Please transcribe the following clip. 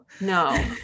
No